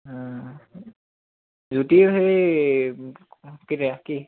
জ্য়োতিও সেই কেতিয়া কি